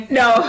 no